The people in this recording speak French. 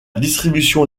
distribution